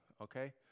okay